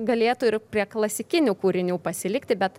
galėtų ir prie klasikinių kūrinių pasilikti bet